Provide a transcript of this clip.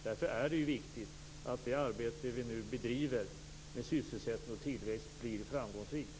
Därför är det viktigt att det arbete vi nu bedriver med sysselsättning och tillväxt blir framgångsrikt.